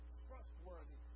trustworthy